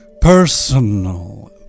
personal